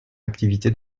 activité